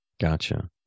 Gotcha